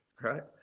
right